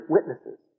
Witnesses